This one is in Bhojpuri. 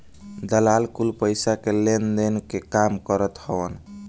दलाल कुल पईसा के लेनदेन के काम करत हवन